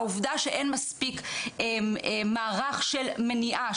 העובדה שאין מספיק מערך של מניעה,